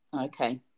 okay